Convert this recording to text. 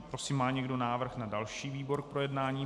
Prosím, má někdo návrh na další výbor k projednání?